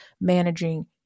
managing